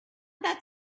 that